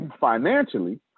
financially